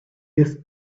this